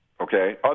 Okay